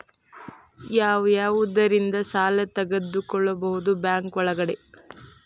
ಯಾವ್ಯಾವುದರಿಂದ ಸಾಲ ತಗೋಬಹುದು ಬ್ಯಾಂಕ್ ಒಳಗಡೆ?